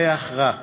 ריח רע,